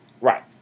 Right